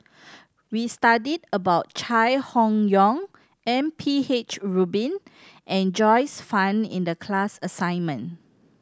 we studied about Chai Hon Yoong M P H Rubin and Joyce Fan in the class assignment